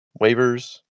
waivers